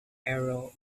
aero